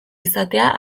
izatea